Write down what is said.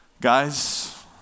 Guys